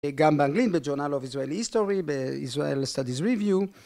גם באנגלית, בג'ורנל אוף ישראל היסטורי, בישראל סטאדיס ריוויו